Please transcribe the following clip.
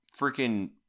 freaking